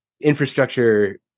infrastructure